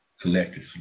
collectively